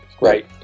right